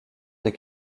des